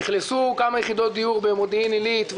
אכלסו כמה יחידות דיור במודיעין עילית,